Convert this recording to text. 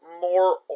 more